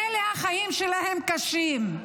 ממילא החיים שלהם קשים.